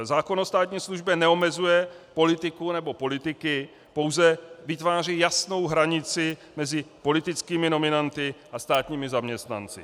Zákon o státní službě neomezuje politiku nebo politiky, pouze vytváří jasnou hranici mezi politickými nominanty a státními zaměstnanci.